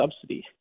subsidy